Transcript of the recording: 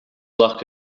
luck